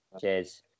Cheers